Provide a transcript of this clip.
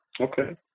Okay